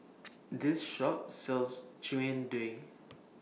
This Shop sells Jian Dui